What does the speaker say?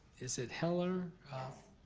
is it heller?